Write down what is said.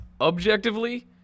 Objectively